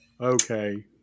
Okay